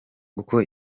uko